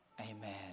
Amen